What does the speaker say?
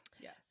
Yes